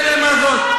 אין להם מה לעשות.